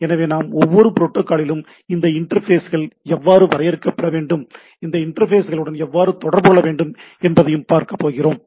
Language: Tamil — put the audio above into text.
எனவே நாம் ஒவ்வொரு புரோட்டோகாலிலும் இந்த இன்டர்ஃபேஸ்கள் எவ்வாறு வரையறுக்கப்பட வேண்டும் இந்த இன்டர்ஃபேஸுடன் எவ்வாறு தொடர்புகொள்ள வேண்டும் என்று பார்க்கப்போகிறோம்